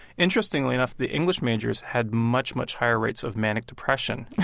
interestingly enough, the english majors had much, much higher rates of manic depression